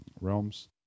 realms